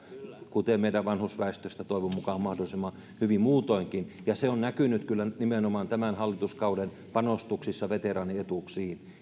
kuten meidän vanhusväestöstämme toivon mukaan mahdollisimman hyvin muutoinkin ja se on näkynyt kyllä nimenomaan tämän hallituskauden panostuksissa veteraanietuuksiin